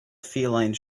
feline